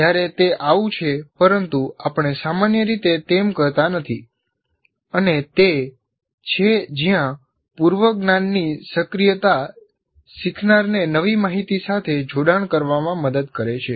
જ્યારે તે આવું છે પરંતુ આપણે સામાન્ય રીતે તેમ કરતા નથી અને તે તે છે જ્યાં પૂર્વ જ્ઞાનની સક્રિયતા શીખનારને નવી માહિતી સાથે જોડાણ કરવામાં મદદ કરે છે